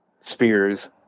Spears